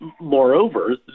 Moreover